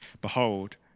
behold